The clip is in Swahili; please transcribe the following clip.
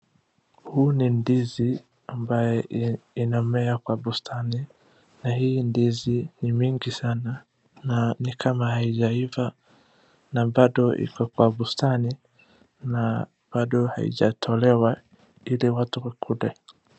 Huu ni ndizi ambaye inamea kwa bustani na hii ndizi ni mingi sana na ni kama haijaiva na bado iko kwa bustani na bado haijatolewa ili watu wakule.